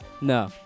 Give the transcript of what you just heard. no